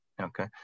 okay